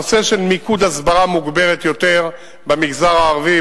הנושא של מיקוד הסברה מוגברת יותר במגזר הערבי,